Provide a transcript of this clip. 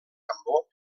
cambó